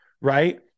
right